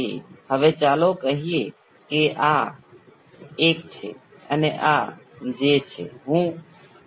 તો અહીંનો આ ભાગ તે ભાગ કરતાં જુદો છે તો ચાલો જોઈએ કે તેનું પરિણામ શું આવે છે